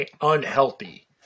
unhealthy